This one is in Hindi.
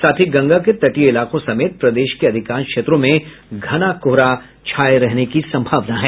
साथ ही गंगा के तटीय इलाकों समेत प्रदेश के अधिकांश क्षेत्रों में घने कोहरे छाये रहने की संभावना है